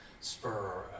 spur